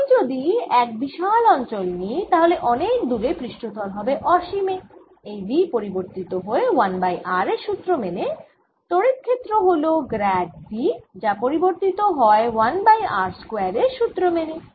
আমি যদি এক বিশাল অঞ্চল নিই তাহলে অনেক দূরে পৃষ্ঠতল হবে অসীমে এই V পরিবর্তিত হয় 1 বাই r এর সুত্র মেনে তড়িৎ ক্ষেত্র হল গ্র্যাড V যা পরিবর্তিত হয় 1 বাই r স্কয়ার এর সুত্র মেনে